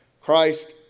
Christ